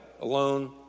alone